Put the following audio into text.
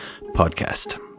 Podcast